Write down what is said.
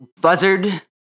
buzzard